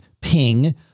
ping